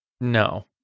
no